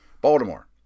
Baltimore